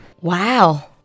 Wow